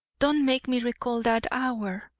don't make me recall that hour!